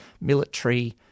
military